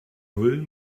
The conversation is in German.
null